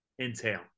entail